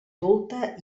adulta